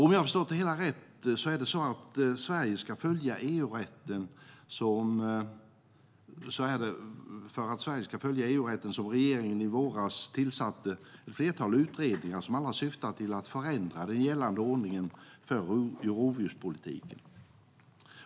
Om jag förstått det hela rätt så är det för att Sverige ska följa EU-rätten som regeringen i våras tillsatte ett flertal utredningar som alla syftar till att förändra den gällande ordningen för rovdjurspolitiken.